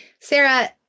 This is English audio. Sarah